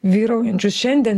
vyraujančius šiandien